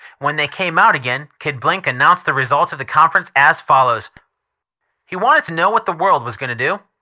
when they came out again kid blink announced the result of the conference as follows he wanted to know what the world was goin' to do.